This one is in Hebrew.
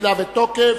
תחילה ותוקף),